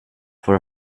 for